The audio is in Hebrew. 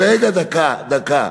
רגע, דקה, דקה.